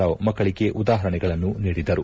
ರಾವ್ ಮಕ್ಕಳಿಗೆ ಉದಾಹರಣೆಗಳನ್ನು ನೀಡಿದರು